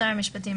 שר המשפטים,